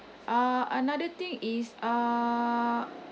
uh another thing is uh